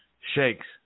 Shakes